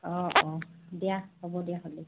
অঁ অঁ দিয়া হ'ব দিয়া হ'লে